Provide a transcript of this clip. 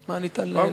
מה ניתן לעשות?